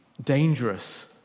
dangerous